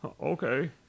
Okay